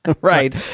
Right